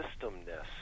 systemness